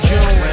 June